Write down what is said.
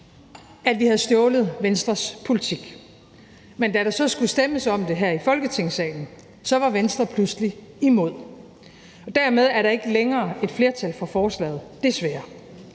at vi havde stjålet Venstres politik, men da der så skulle stemmes om det her i Folketingssalen, var Venstre pludselig imod. Dermed er der ikke længere et flertal for forslaget, desværre.